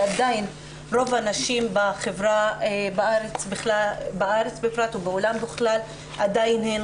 אלא כי עדיין רוב הנשים בחברה בארץ בפרט ובעולם בכלל עדיין הן